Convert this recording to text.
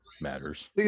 matters